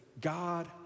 God